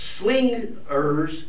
slingers